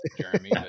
Jeremy